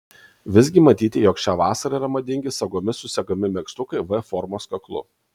visgi matyti jog šią vasarą yra madingi sagomis susegami megztukai v formos kaklu